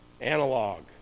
Analog